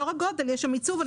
לא רק הגודל אלא יש שם עיצוב.